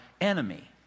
enemy